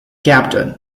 captain